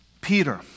Peter